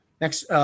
next